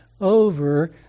over